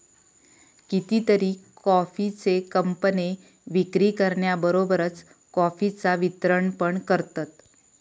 कितीतरी कॉफीचे कंपने विक्री करण्याबरोबरच कॉफीचा वितरण पण करतत